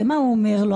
ומה הוא אומר לו,